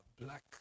black